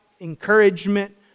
encouragement